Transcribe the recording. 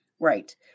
Right